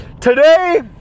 Today